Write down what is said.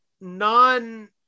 non